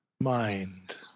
mind